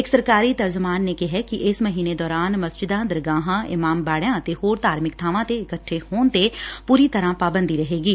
ਇਕ ਸਰਕਾਰੀ ਤਰਜਮਾਨ ਨੇ ਕਿਹੈ ਕਿ ਇਸ ਮਹੀਨੇ ਦੌਰਾਨ ਮਸਜੀਦਾ ਦਰਗਾਹਾਂ ਇਮਾਮ ਬਾੜਿਆ ਅਤੇ ਹੋਰ ਧਾਰਮਿਕ ਬਾਵਾਂ ਤੇ ਇਕੱਠੇ ਹੋਣ ਤੇ ਪੁਰੀ ਤਰ੍ਾਂ ਪਾਬੰਦੀ ਰਹੇਗੀ